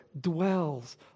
dwells